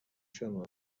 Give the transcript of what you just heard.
شما